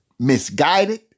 Misguided